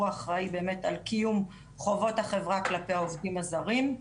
הוא אחראי על קיום חובות החברה כלפי העובדים הזרים.